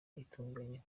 itunganye